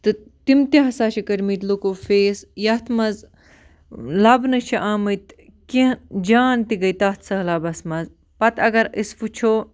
تہٕ تِم تہِ ہَسا چھِ کٔرۍمٕتۍ لُکو فیس یَتھ منٛز لَبنہٕ چھِ آمٕتۍ کیٚنٛہہ جان تہِ گٔے تَتھ سہلابَس منٛز پَتہٕ اگر أسۍ وٕچھو